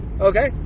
okay